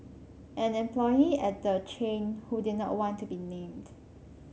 an employee at the chain who did not want to be named